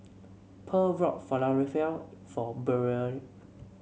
Purl bought Falafel for Burrell